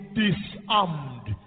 disarmed